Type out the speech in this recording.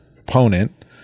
opponent